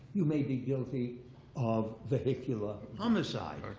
you may be guilty of vehicular homicide.